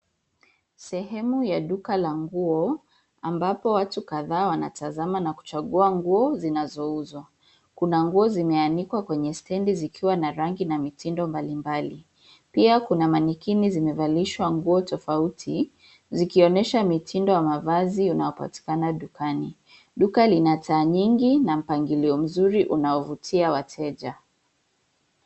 Sehemu ya duka la nguo ambapo watu kadhaa wanatazama na kuchagua nguo zinazouzwa. Kuna nguo zimeanikwa kwenye stendi zikiwa na rangi na mitindo mbali mbali. Pia kuna maniki zimevalishwa nguo tofauti zikionyesha mitindo ya mavazi unaopatikana dukani. Duka lina taa nyingi na mpangilio mzuri unaovutia wateja.